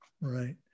Right